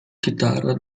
chitarra